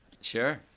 Sure